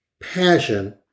passion